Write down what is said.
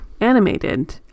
animated